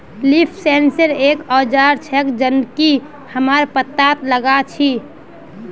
leaf sensor एक औजार छेक जननकी हमरा पत्ततात लगा छी